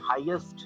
highest